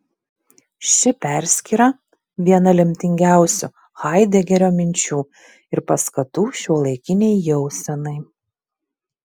ši perskyra viena lemtingiausių haidegerio minčių ir paskatų šiuolaikinei jausenai